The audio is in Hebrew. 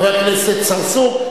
חבר הכנסת צרצור,